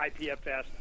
IPFS